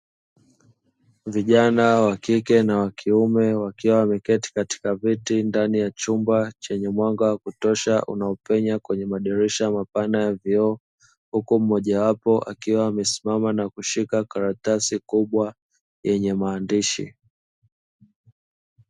Vijana wa kike na wa kiume wakiwa wameketi katika viti ndani ya chumba chenye mwanga wa kutosha unaopenya kwenye madirisha mapana ya vioo, huku mmoja wapo akiwa amesimama na kushika karatasi kubwa yenye maandishi.